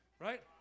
Right